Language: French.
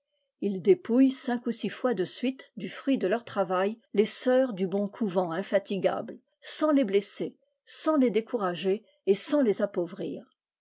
il dépouille cinq au six fois de suit du fruit de leur travail les sœurs du bon couvent infatigable sans les blesser sans les décourager et sans les appauvrir